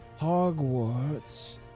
Hogwarts